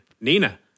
nina